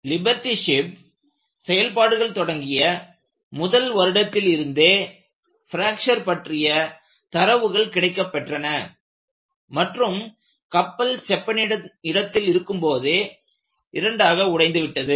liberty ship செயல்பாடுகள் தொடங்கிய முதல் வருடத்தில் இருந்தே பிராக்ச்சர் பற்றிய தரவுகள் கிடைக்கப்பெற்றன மற்றும் கப்பல் செப்பனிடும் இடத்தில் இருக்கும் போதே இரண்டாக உடைந்துவிட்டது